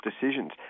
decisions